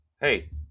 hey